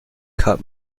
cut